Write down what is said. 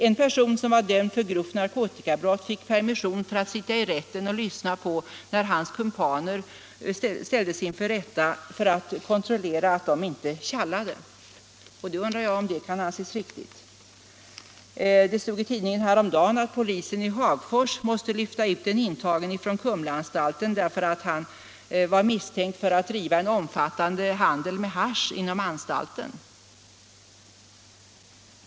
En person som var dömd för grovt narkotikabrott fick permission för att sitta i rätten och lyssna när hans kumpaner ställdes inför rätta, och han kunde på så sätt kontrollera att de inte tjallade. Jag undrar om detta kan anses vara riktigt. Det stod i tidningen häromdagen att polisen i Hagfors måste lyfta ut en intagen från Kumlaanstalten för utredning därför att han var misstänkt för att driva en omfattande handel med hasch inom anstalten.